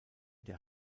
der